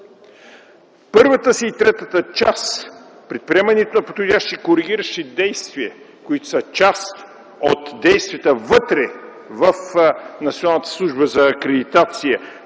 Първата и третата част – предприемането на подходящи коригиращи действия, които са част от действията вътре в